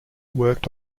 worked